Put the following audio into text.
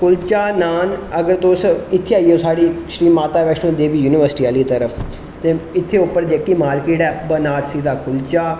कुल्चा नाॅन अगर तुस इत्थै आई जाओ साढ़ी माता बैश्णो देवी यूनिवर्सटी आहली तरफ ते इत्थै उप्पर जेहकी मार्किट ऐ बनारसी दा कुल्चा